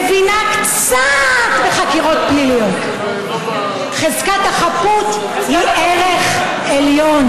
איפה הייתם כשהייתה הגיליוטינה באותה הפגנה איומה?